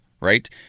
right